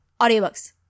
audiobooks